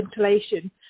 ventilation